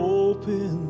open